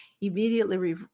immediately